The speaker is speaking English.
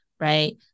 right